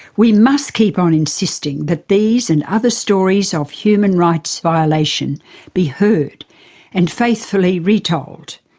we must keep on insisting that these and other stories of human rights violation be heard and faithfully retold.